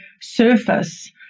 surface